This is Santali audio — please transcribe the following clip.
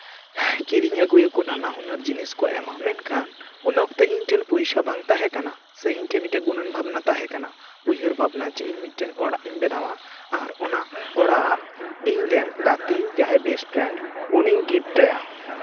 ᱠᱤᱨᱤᱧ ᱟᱹᱜᱩᱭᱟᱠᱚ ᱱᱟᱱᱟᱦᱩᱱᱟᱹᱨ ᱡᱤᱱᱤᱥ ᱠᱚ ᱮᱢᱟ ᱢᱮᱱᱠᱷᱟᱱ ᱩᱱ ᱚᱠᱛᱮ ᱤᱧ ᱴᱷᱮᱱ ᱯᱚᱭᱥᱟ ᱵᱟᱝ ᱛᱟᱦᱮᱸ ᱠᱟᱱᱟ ᱥᱮ ᱤᱧ ᱴᱷᱮᱱ ᱢᱤᱫᱴᱮᱱ ᱜᱩᱱᱟᱹᱱ ᱵᱷᱟᱵᱽᱱᱟ ᱛᱟᱦᱮᱸ ᱠᱟᱱᱟ ᱩᱭᱦᱟᱹᱨ ᱵᱷᱟᱵᱽᱱᱟ ᱤᱧ ᱢᱤᱫᱴᱮᱱ ᱚᱲᱟᱜ ᱤᱧ ᱵᱮᱱᱟᱣᱟ ᱟᱨ ᱚᱱᱟ ᱚᱲᱟᱜ ᱤᱧ ᱨᱮᱱ ᱜᱟᱛᱮ ᱡᱟᱦᱟᱸᱭ ᱵᱮᱥᱴ ᱯᱷᱮᱨᱮᱱᱰ ᱩᱱᱤᱧ ᱜᱤᱯᱷᱴ ᱟᱭᱟ